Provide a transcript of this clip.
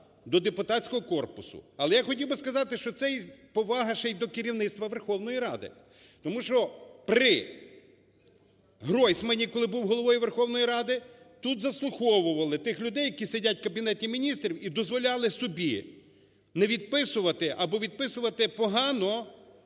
до депутатського корпусу. Але я хотів би сказати, що це повага ще й до керівництва Верховної Ради. Тому що при Гройсмані, коли був Головою Верховної Ради, тут заслуховували тих людей, які сидять в Кабінеті Міністрів, і дозволяли собі не відписувати або відписувати погано,